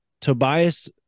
Tobias